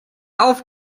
auf